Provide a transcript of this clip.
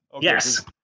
Yes